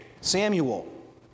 Samuel